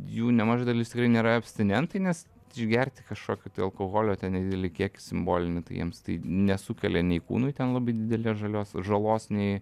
jų nemaža dalis tikrai nėra abstinentai nes išgerti kažkokio alkoholio ten nedidelį kiekį simbolinį tai jiems tai nesukelia nei kūnui ten labai didelės žalios žalos nei